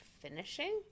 finishing